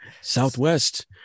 southwest